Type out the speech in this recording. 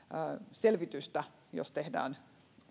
selvitystä jos tehdään